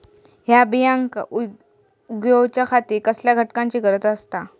हया बियांक उगौच्या खातिर कसल्या घटकांची गरज आसता?